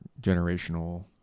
generational